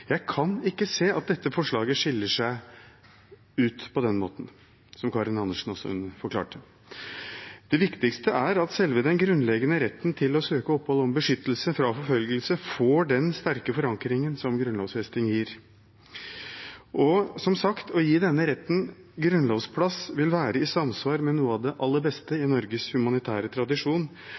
Jeg kan ikke se at dette forslaget skiller seg ut på den måten, noe Karin Andersen også forklarte. Det viktigste er at selve den grunnleggende retten til å søke opphold, søke om beskyttelse fra forfølgelse, får den sterke forankringen som grunnlovfesting gir. Som sagt: Å gi denne retten en grunnlovsplass vil være i samsvar med noe av det aller beste i Norges humanitære tradisjon,